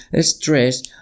stress